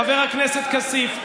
חבר הכנסת כסיף,